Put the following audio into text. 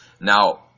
Now